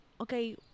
okay